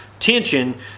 tension